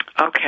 Okay